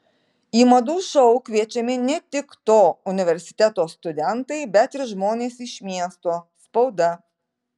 į madų šou kviečiami ne tik to universiteto studentai bet ir žmonės iš miesto spauda